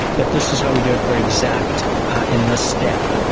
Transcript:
but this is how we do it for exact in the step,